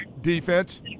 defense